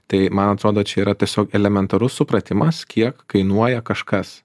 tai man atrodo čia yra tiesiog elementarus supratimas kiek kainuoja kažkas